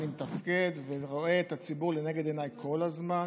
אני מתפקד, ורואה את הציבור לנגד עיניי כל הזמן.